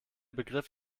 begriff